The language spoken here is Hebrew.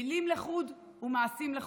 מילים לחוד ומעשים לחוד.